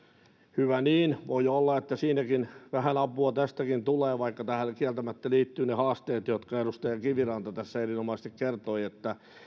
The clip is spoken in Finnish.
hyvä niin voi olla että sinne vähän apua tästäkin tulee vaikka tähän kieltämättä liittyvät ne haasteet jotka edustaja kiviranta tässä erinomaisesti kertoi